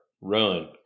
run